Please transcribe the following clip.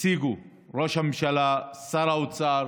הציגו ראש הממשלה, שר האוצר